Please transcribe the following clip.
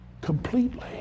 completely